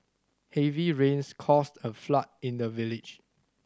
heavy rains caused a flood in the village